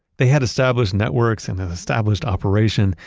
they had established networks and an established operation,